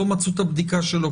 לא מצאו את הבדיקה שלו,